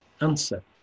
answer